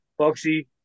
boxy